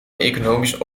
economisch